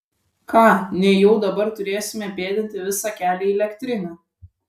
ką nejau dabar turėsime pėdinti visą kelią į elektrinę